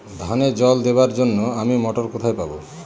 ধানে জল দেবার জন্য আমি মটর কোথায় পাবো?